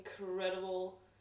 incredible